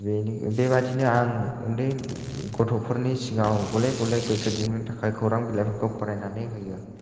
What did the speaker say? बेबायदिनो आं उन्दै गथ'फोरनि सिगाङाव गले गले गोसो दुंहोनो थाखाय खौरां बिलाइफोरखौ फरायनानै होयो